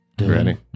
Ready